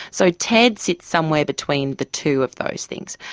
so ted sits somewhere between the two of those things.